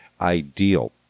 ideal